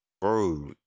Bro